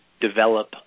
develop